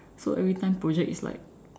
so every time project is like